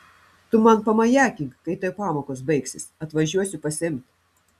tu man pamajakink kai tau pamokos baigsis atvažiuosiu pasiimt